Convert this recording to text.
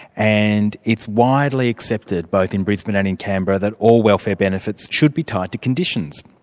and it's widely accepted both in brisbane and in canberra, that all welfare benefits should be tied to conditions.